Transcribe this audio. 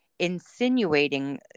insinuating